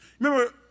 Remember